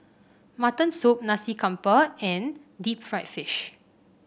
Mutton Soup Nasi Campur and Deep Fried Fish